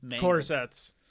corsets